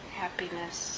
happiness